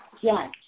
Yes